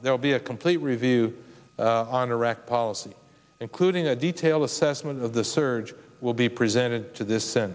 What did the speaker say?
there will be a complete review on iraq policy including a detailed assessment of the surge will be presented to this and